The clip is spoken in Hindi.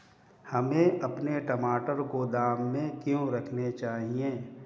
हमें अपने टमाटर गोदाम में क्यों रखने चाहिए?